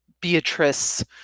beatrice